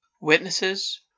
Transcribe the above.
Witnesses